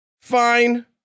fine